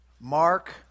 Mark